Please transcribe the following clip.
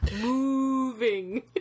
moving